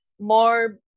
more